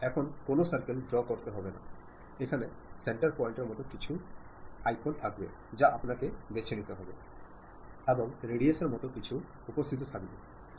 এখন কোনও circle draw করতে এখানে সেন্টার পয়েন্টের মতো কিছু আইকন থাকবে যা আপনাকে বেছে নিতে হবে এবং রেডিয়াসের মতো কিছু উপস্থিত থাকবে